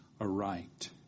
aright